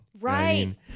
Right